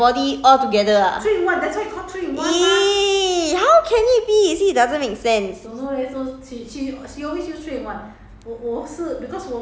it doesn't make sense oh three in one so the hair the hair and the body altogether ah !ee! how can it be you see it doesn't make sense